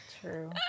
True